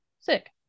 Sick